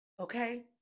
Okay